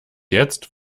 jetzt